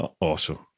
Awesome